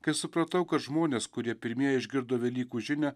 kai supratau kad žmonės kurie pirmieji išgirdo velykų žinią